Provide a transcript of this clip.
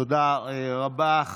תודה רבה.